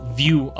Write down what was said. view